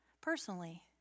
personally